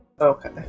Okay